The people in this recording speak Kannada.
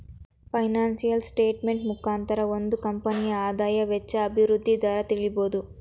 ಫೈನಾನ್ಸಿಯಲ್ ಸ್ಟೇಟ್ಮೆಂಟ್ ಮುಖಾಂತರ ಒಂದು ಕಂಪನಿಯ ಆದಾಯ, ವೆಚ್ಚ, ಅಭಿವೃದ್ಧಿ ದರ ತಿಳಿಬೋದು